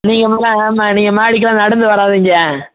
நீங்கள் மட்டும் ஆமாம் நீங்கள் மாடிக்கிலாம் நடந்து வராதீங்க